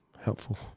helpful